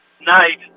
night